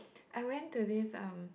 I went to this um